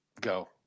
go